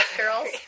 girls